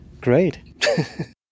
Great